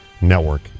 Network